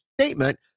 statement